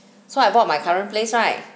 so I bought my current place right